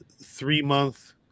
three-month